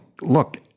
look